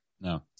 No